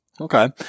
Okay